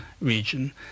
region